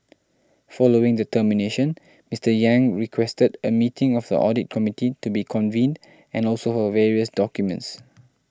following the termination Mister Yang requested a meeting of the audit committee to be convened and also for various documents